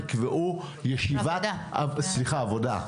יקבעו ישיבת עבודה,